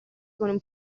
con